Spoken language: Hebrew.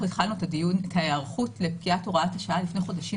התחלנו את ההיערכות לפקיעת הוראת השעה לפני חודשים